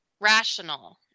rational